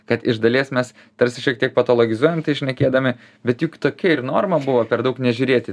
kad iš dalies mes tarsi šiek tiek patologizuojam tai šnekėdami bet juk tokia ir norma buvo per daug nežiūrėti